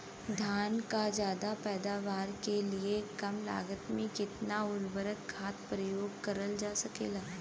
धान क ज्यादा पैदावार के लिए कम लागत में कितना उर्वरक खाद प्रयोग करल जा सकेला?